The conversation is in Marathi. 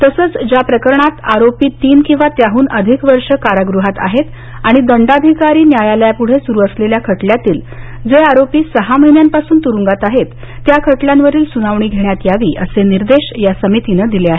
तसंच ज्या प्रकरणांत आरोपी तीन किंवा त्याहून अधिक वर्षं कारागृहात आहेत आणि दंडाधिकारी न्यायालयापुढे सुरू असलेल्या खटल्यांतील जे आरोपी सहा महिन्यांपासून तुरूंगात आहेत त्या खटल्यांवरील सुनावणी घेण्यात यावी असे निर्देश या समितीनं दिले आहेत